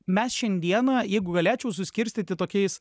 mes šiandieną jeigu galėčiau suskirstyti tokiais